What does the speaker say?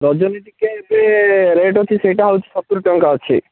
ରଜନୀ ଟିକିଏ ଏବେ ରେଟ୍ ଅଛି ସେଇଟା ହେଉଛି ସତୁରି ଟଙ୍କା ଅଛି